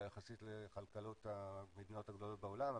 יחסית לכלכלות המדינות הגדולות בעולם,